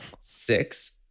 Six